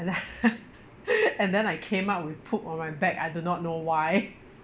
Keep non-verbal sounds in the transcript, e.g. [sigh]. and then [laughs] and then I came out with poop on my back I do not know why